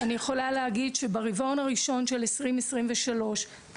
אני יכולה להגיד שברבעון הראשון של 2023 וברבעון